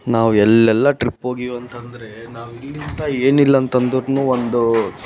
ನಾವು ಎಲ್ಲೆಲ್ಲ ಟ್ರಿಪ್ ಹೋಗೀವಂತಂದ್ರೆ ನಾವು ಇಲ್ಲಿಂದ ಏನಿಲ್ಲ ಅಂತಂದರೂ ಒಂದು